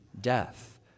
death